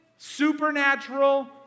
supernatural